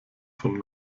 von